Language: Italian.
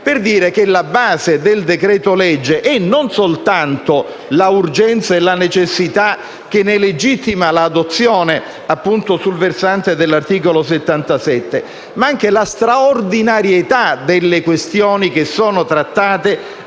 per dire che alla base del decreto-legge vi sono non soltanto l'urgenza e la necessità (che ne legittimano l'adozione, appunto, sul versante dell'articolo 77), ma anche la straordinarietà delle questioni trattate